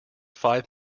five